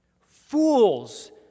Fools